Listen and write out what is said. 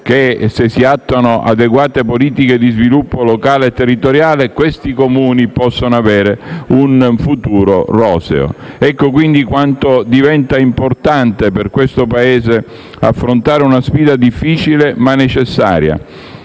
che, se si attuano adeguate politiche di sviluppo locale e territoriale, questi Comuni possono avere un futuro roseo. Ecco, quindi, quanto diventa importante per questo Paese affrontare una sfida difficile, ma necessaria.